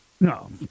no